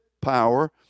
power